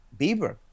Bieber